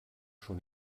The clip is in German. schon